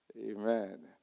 amen